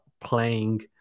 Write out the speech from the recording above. playing